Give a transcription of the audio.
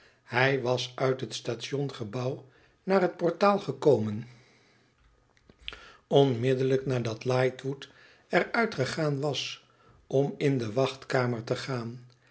hij was uit het stationsgebouw naar het portaal gekomen onmiddellijk nadat lightwood eruit gegaan was om in de wachtkamer te gaan